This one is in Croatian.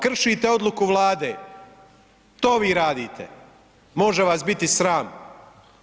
Kršite odluku Vlade, to vi radite, može vas biti sram.